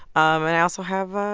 um and i also have a.